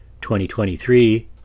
2023